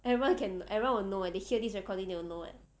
everyone can everyone will know eh they hear this recording they will know eh